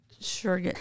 Sure